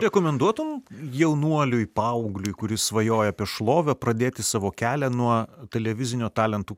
rekomenduotum jaunuoliui paaugliui kuris svajoja apie šlovę pradėti savo kelią nuo televizinio talentų